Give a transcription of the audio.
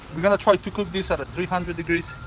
we're gonna try to cook this at three hundred degrees,